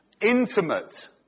intimate